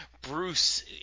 Bruce